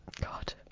God